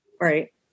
right